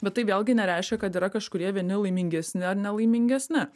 bet tai vėlgi nereiškia kad yra kažkurie vieni laimingesni ar nelaimingesni